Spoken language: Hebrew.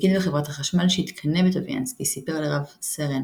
פקיד בחברת החשמל שהתקנא בטוביאנסקי סיפר לרב־סרן